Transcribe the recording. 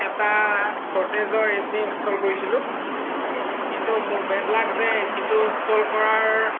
এটা গডৰেজৰ AC install কৰিছিলোঁ কিন্তু মোৰ বেড লাক যে এচিটো ইনষ্টল কৰাৰ